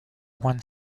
one